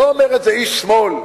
לא אומר את זה איש שמאל.